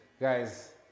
Guys